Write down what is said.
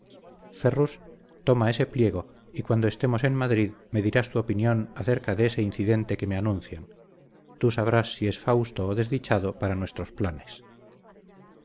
ferrus toma ese pliego y cuando estemos en madrid me dirás tu opinión acerca de ese incidente que me anuncian tú sabrás si es fausto o desdichado para nuestros planes